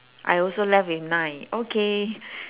I also left with nine okay